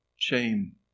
Shame